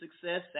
success